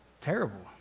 terrible